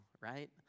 right